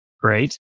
Great